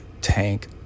Tank